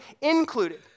included